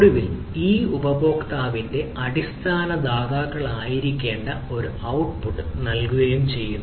ഒടുവിൽ ഈ പ്രത്യേക ഉപഭോക്താവിന്റെ അടിസ്ഥാന ദാതാക്കളായിരിക്കേണ്ട ഒരു ഔട്ട്പുട്ട് നൽകുകയും ചെയ്യുന്നു